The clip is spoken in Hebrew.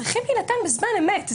צריכות להינתן בזמן אמת.